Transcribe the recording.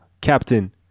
Captain